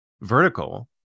vertical